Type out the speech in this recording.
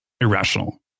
irrational